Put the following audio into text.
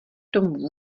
tomu